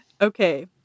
Okay